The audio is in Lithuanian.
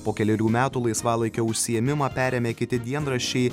po kelerių metų laisvalaikio užsiėmimą perėmė kiti dienraščiai